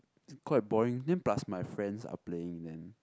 is quite boring then plus my friends are playing then